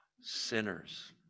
Sinners